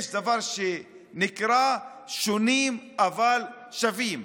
יש דבר שנקרא שונים אבל שווים.